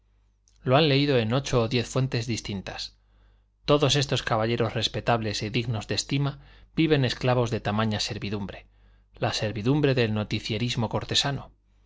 lo han leído en ocho o diez fuentes distintas todos estos caballeros respetables y dignos de estima viven esclavos de tamaña servidumbre la servidumbre del noticierismo cortesano